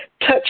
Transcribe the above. touch